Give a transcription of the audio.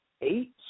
eight